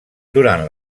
durant